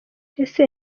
ese